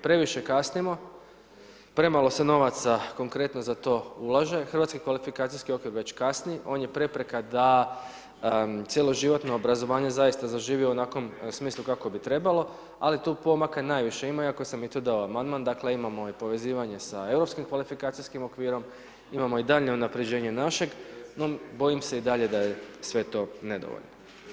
Previše kasnimo, premalo se novaca konkretno za to ulaže, hrvatski kvalifikacijski okvir već kasni, on je prepreka da cjeloživotno obrazovanje zaista zaživi u onakvom smislu kako bi trebalo ali tu pomaka najviše ima iako sam i tu dao amandman, dakle imamo i povezivanje sa europskim kvalifikacijskim okvirom, imamo i daljnje unapređenje našeg, no bojim se i dalje da je sve to nedovoljno.